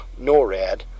NORAD